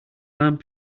lamp